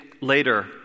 later